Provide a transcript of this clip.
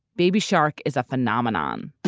baby shark is a phenomenon